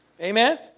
Amen